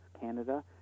Canada